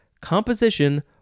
composition